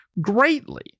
greatly